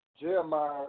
Jeremiah